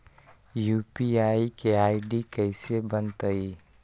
UPI के ID कैसे बनतई?